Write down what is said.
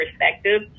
perspective